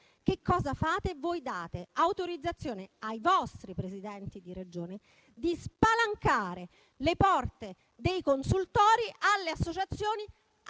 c'entra niente, voi date autorizzazione ai vostri Presidenti di Regioni di spalancare le porte dei consultori alle associazioni